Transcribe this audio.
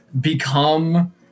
become